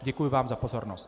Děkuji vám za pozornost.